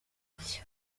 nshya